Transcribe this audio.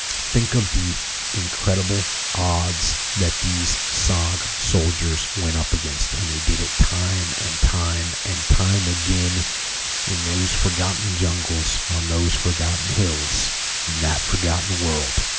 think of the incredible odds that these sog soldiers went up against and they did it time and time and time again in those forgotten jungles on those forgotten hills in that forgotten world